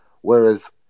Whereas